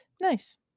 nice